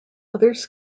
others